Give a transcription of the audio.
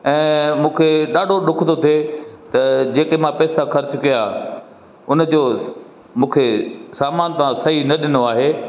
ऐं मूंखे ॾाढो ॾुख थो थिए त जेके मां पेसा ख़र्चु कयां उन जो मूंखे सामान तव्हां सही न ॾिनो आहे